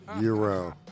year-round